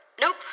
nope